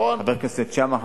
חבר הכנסת שאמה,